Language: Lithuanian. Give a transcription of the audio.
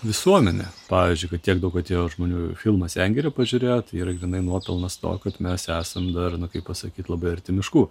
visuomenė pavyzdžiui kad tiek daug atėjo žmonių filmą sengirė pažiūrėt yra grynai nuopelnas to kad mes esam dar kaip pasakyt labai arti miškų